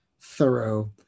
thorough